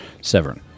Severn